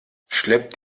schleppt